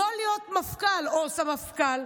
לא להיות מפכ"ל או סמפכ"ל,